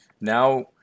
now